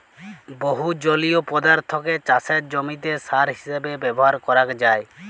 বহু জলীয় পদার্থকে চাসের জমিতে সার হিসেবে ব্যবহার করাক যায়